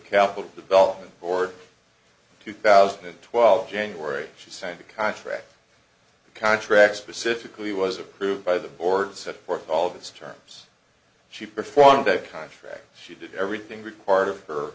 capital development board two thousand and twelve january she signed the contract contract specifically was approved by the board set for all of those terms she performed a contract she did everything required of her